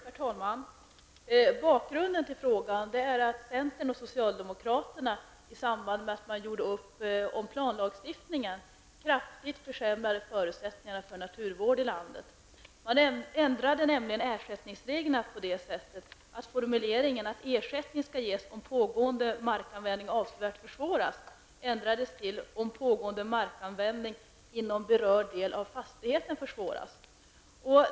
Herr talman! Bakgrunden till frågan är att centern och socialdemokraterna i samband med att man gjorde upp om planlagstiftningen kraftigt försämrade förutsättningarna för naturvård i landet. Man ändrade nämligen ersättningsreglerna så att formuleringen ''ersättning skall ges om pågående markanvändning avsevärt försvåras'' ändrades till ''om pågående markanvändning inom berörd del av fastigheten försvåras''.